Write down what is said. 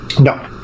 No